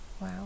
Wow